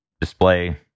display